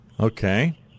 Okay